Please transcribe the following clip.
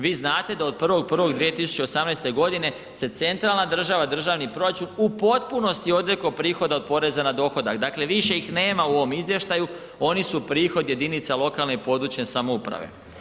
Vi znate da od 1.1.2018.g. se centralna država, državni proračun u potpunosti odreklo prihoda od poreza na dohodak, dakle više ih nema u ovom izvještaju, oni su prihod jedinica lokalne i područne samouprave.